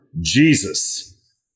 Jesus